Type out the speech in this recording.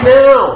now